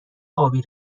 ابی